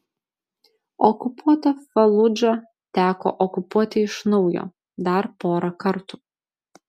okupuotą faludžą teko okupuoti iš naujo dar porą kartų